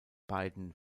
beiden